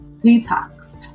detox